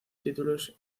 títulos